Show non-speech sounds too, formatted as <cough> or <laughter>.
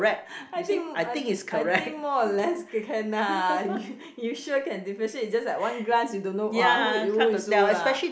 <breath> I think I I think more or less can ah y~ you sure can differentiate just that one glance you don't know !wah! who is who lah